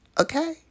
Okay